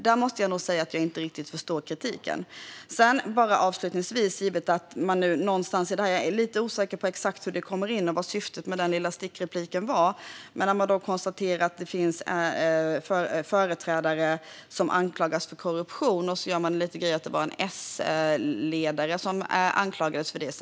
Där måste jag alltså säga att jag inte riktigt förstår kritiken. Avslutningsvis: Jag är osäker på exakt hur det kommer in och vad syftet med den lilla stickrepliken var, men man konstaterar att det finns företrädare som anklagas för korruption och gör lite av en grej av att det var en S-ledare som anklagades för det.